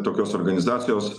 tokios organizacijos